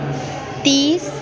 तिस